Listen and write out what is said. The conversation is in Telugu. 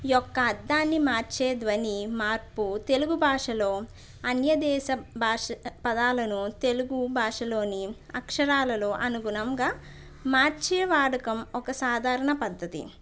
యొక్క అర్ధాన్ని మార్చే ధ్వని మార్పు తెలుగు భాషలో అన్య దేశం భాష పదాలను తెలుగు భాషలోని అక్షరాలలో అనుగుణంగా మార్చే వాడకం ఒక సాధారణ పద్ధతి